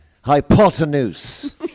hypotenuse